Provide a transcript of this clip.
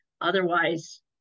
Otherwise